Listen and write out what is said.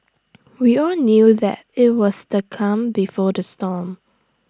we all knew that IT was the calm before the storm